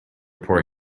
poor